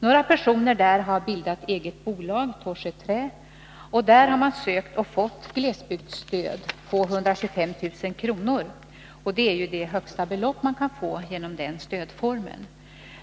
Några personer har där bildat ett eget bolag, Tåsjö Trä, samt sökt och fått glesbygdsstöd — 225 000 kr., vilket är det högsta belopp man kan få genom den stödformen.